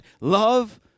Love